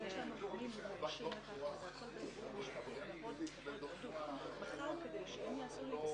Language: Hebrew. גם מה שעלה סביב השולחן הזה וגם בבדיקה הפנימית שעשיתי אצלנו,